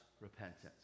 repentance